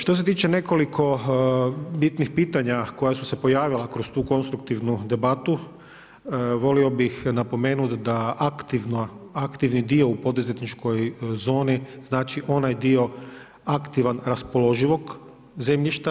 Što se tiče nekoliko bitnih pitanja koja su se pojavila kroz tu konstruktivnu debatu volio bih napomenuti da aktivni dio u poduzetničkoj zoni znači onaj dio aktivan, raspoloživog zemljišta.